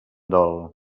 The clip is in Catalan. dol